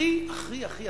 והכי הכי הכי,